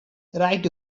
write